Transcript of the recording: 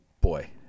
boy